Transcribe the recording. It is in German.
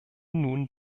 nun